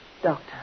Doctor